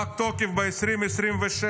פג תוקפו ב-2026.